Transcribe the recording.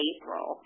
April